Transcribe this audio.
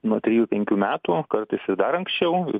nuo trijų penkių metų kartais ir dar anksčiau